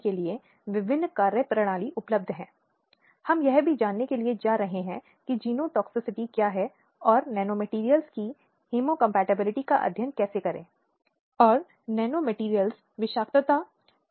इसके अलावा कई अन्य अलग अलग एजेंसियाँ हैं जिनकी महिलाओं के कारणों को बढ़ावा देने में एक महत्वपूर्ण भूमिका है